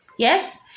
Yes